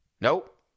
nope